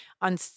on